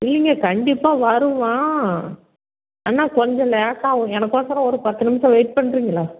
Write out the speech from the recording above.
இல்லைங்க கண்டிப்பாக வருவோம் ஆனால் கொஞ்சம் லேட் ஆகும் எனக்கோசரம் ஒரு பத்து நிமிஷம் வெயிட் பண்ணுறீங்களா